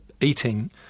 eating